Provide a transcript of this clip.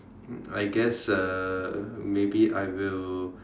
I guess uh maybe I will